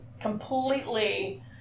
completely